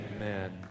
Amen